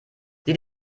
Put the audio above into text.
sieh